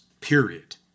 period